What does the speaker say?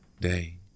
day